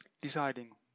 deciding